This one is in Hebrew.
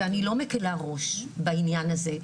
ואני לא מקלה ראש בעניין הזה,